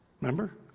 Remember